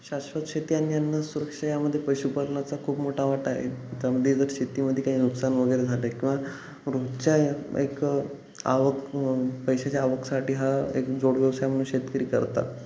शाश्वत शेती आणि अन्न सुरक्षा यामध्ये पशुपालनाचा खूप मोठा वाटा आहे त्यामध्ये जर शेतीमध्ये काही नुकसान वगैरे झाले किंवा रोजच्या या एक आवक पैशाच्या आवकसाठी हा एक जोडव्यवसाय म्हणून शेतकरी करतात